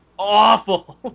awful